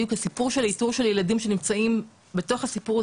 איתור של ילדים שנמצאים בתוך הסיפור הזה.